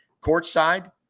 Courtside